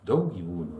daug gyvūnų